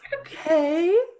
okay